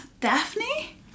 Daphne